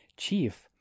chief